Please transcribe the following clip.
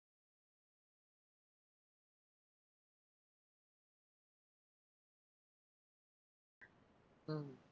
ah